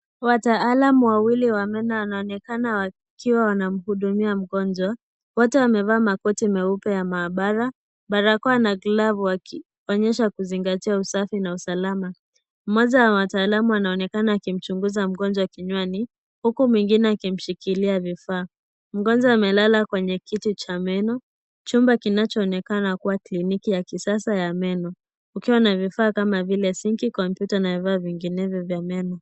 Wataalam wawili wa meno wanaonekana wakiwa wanamhudumia mgonjwa . Wote wamevaa makoti meupe ya maabara barakoa na glavu wakionyesha kuzingatia usafi na usalama . Mmoja wa wataalamu anaonekana akimchunguza mgonjwa kinywani huku mwingine akimshikilia vifaa. Mgonjwa amelala kwenye kiti cha meno , chumba kinachoonekana kuwa kliniki ya kisasa ya meno kukiwa na vifaa kama vile sinki , kompyuta na vifaa vingine vya meno.